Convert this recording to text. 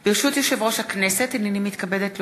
ברשות יושב-ראש הכנסת, הנני מתכבדת להודיעכם,